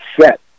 set